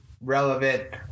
relevant